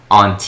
on